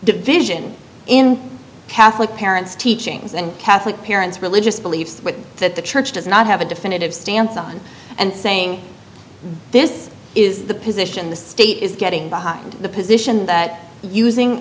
division in catholic parents teachings and catholic parents religious beliefs that the church does not have a definitive stance on and saying this is the position the state is getting behind the position that using